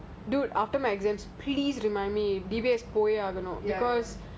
whichever day for few hours